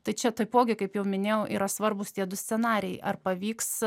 tai čia taipogi kaip jau minėjau yra svarbūs tie du scenarijai ar pavyks